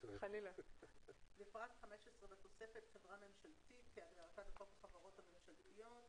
בפרט (15) לתוספת חברה ממשלתית כהגדרתה בחוק החברות הממשלתיות,